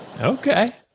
Okay